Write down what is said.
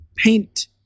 paint